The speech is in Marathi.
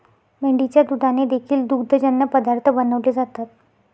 मेंढीच्या दुधाने देखील दुग्धजन्य पदार्थ बनवले जातात